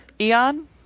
Eon